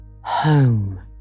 Home